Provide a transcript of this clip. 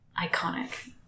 Iconic